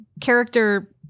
character